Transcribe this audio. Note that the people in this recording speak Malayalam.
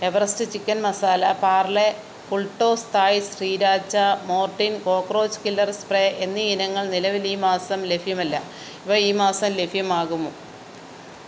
Everest chicken masala Parle full toss Thai sriracha Mortein cockroach killer spray എന്നീ ഇനങ്ങൾ നിലവിൽ ഈ മാസം ലഭ്യമല്ല ഇവ ഈ മാസം ലഭ്യമാകുമോ